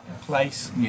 place